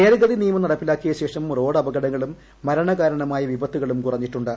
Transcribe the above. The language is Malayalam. ഭേദഗതി നിയമം നടപ്പിലാക്കിയ ശേഷം റോഡ് അപകടങ്ങളും മരണകാരണമായ വിപത്തുകളും കുറഞ്ഞിട്ടുണ്ട്